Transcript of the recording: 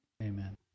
Amen